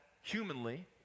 humanly